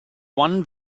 one